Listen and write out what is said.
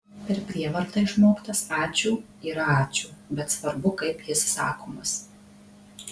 per prievartą išmoktas ačiū yra ačiū bet svarbu kaip jis sakomas